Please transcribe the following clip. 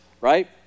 right